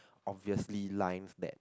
obviously lines that